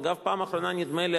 אגב, הפעם האחרונה, נדמה לי,